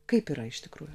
kaip yra iš tikrųjų